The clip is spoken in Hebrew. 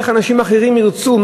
איך אנשים אחרים ירצו?